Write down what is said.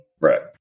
right